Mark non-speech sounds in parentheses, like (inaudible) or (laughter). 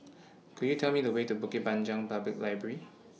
(noise) Could YOU Tell Me The Way to Bukit Panjang Public Library